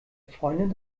freundin